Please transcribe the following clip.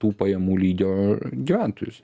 tų pajamų lygio gyventojus